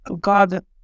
God